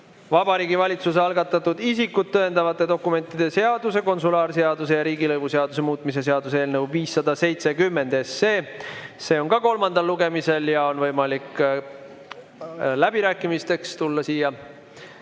Vabariigi Valitsuse algatatud isikut tõendavate dokumentide seaduse, konsulaarseaduse ja riigilõivuseaduse muutmise seaduse eelnõu 570 kolmas lugemine. On võimalik läbirääkimisteks siia